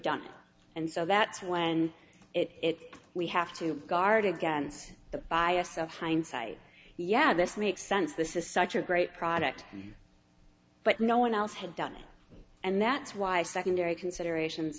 it and so that's when it we have to guard against the bias of hindsight yeah this makes sense this is such a great product but no one else had done it and that's why secondary consideration